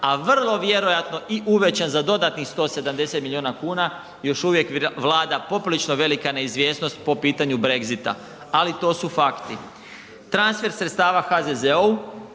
a vrlo vjerojatno uvećan za dodatnih 170 milijuna kuna, još uvijek vlada poprilično velika neizvjesnost po pitanju Brexita, ali to su fakti. Transfer sredstava HZZO-u,